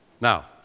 Now